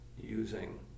using